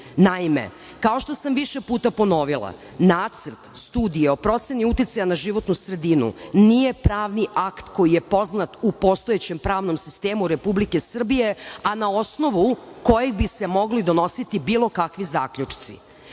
Naime, kao što sam više puta ponovila, nacrt studije o proceni uticaja na životnu sredinu nije pravni akt koji je poznat u postojećem pravnom sistemu Republike Srbije a na osnovu kojeg bi se mogli donositi bilo kakvi zaključci. Taj